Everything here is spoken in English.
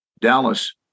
Dallas